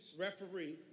referee